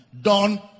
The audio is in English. done